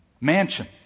mansion